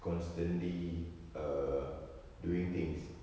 constantly err doing things